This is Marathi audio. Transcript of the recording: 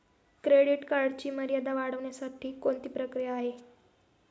क्रेडिट कार्डची मर्यादा वाढवण्यासाठी कोणती प्रक्रिया आहे?